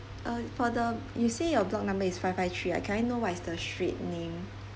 uh for the you said your block number is five five three uh can I know what is the street name